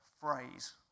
phrase